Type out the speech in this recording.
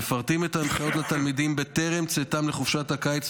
מפרטים את ההנחיות לתלמידים בטרם צאתם לחופשת הקיץ,